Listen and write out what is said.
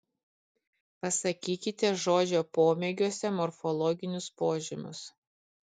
pasakykite žodžio pomėgiuose morfologinius požymius